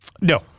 No